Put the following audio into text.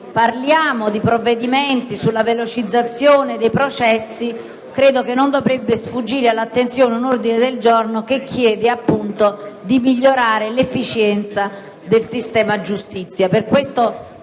parliamo di provvedimenti sulla velocizzazione dei processi, non dovrebbe sfuggire all'attenzione un ordine del giorno che chiede appunto di migliorare l'efficienza del sistema giustizia.